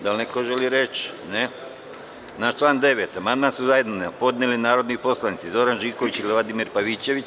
Da li neko želi reč? (Ne) Na član 9. amandman su zajedno podneli narodni poslanici Zoran Živković i Vladimir Pavićević.